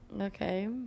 Okay